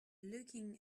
looking